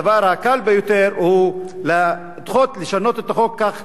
הדבר הקל ביותר הוא לשנות את החוק כך,